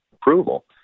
approval